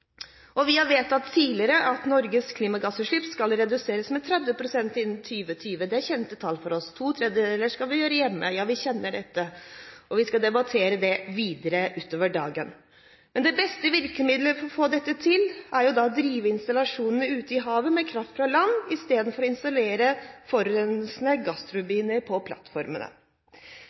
klimagasser. Vi har vedtatt tidligere at Norges klimagassutslipp skal reduseres med 30 pst. innen 2020. Det er kjente tall for oss. To tredjedeler av utslippene skal vi gjøre hjemme – ja, vi kjenner dette. Vi skal debattere det videre utover dagen. Det beste virkemidlet for å få dette til er å drive installasjonene ute i havet med kraft fra land i stedet for å installere forurensende gassturbiner på plattformene.